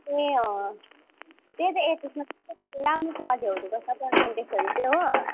ए त्यही त एचएसमा राम्रोसँगले ल्याउनु पर्छ पर्सन्टेजहरू चाहिँ हो